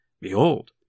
Behold